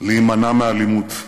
ולהימנע מאלימות.